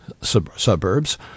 suburbs